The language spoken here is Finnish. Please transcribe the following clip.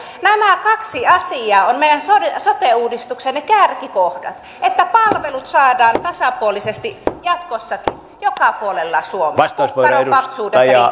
nämä kaksi asiaa ovat meidän sote uudistuksemme kärkikohdat että palvelut saadaan tasapuolisesti jatkossa joka puolella suomessa kukkaron paksuudesta riippumatta